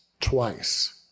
twice